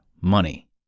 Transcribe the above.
money